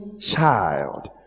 child